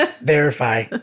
verify